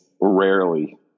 rarely